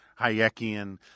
Hayekian